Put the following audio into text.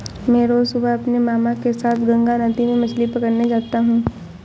मैं रोज सुबह अपने मामा के साथ गंगा नदी में मछली पकड़ने जाता हूं